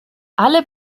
alle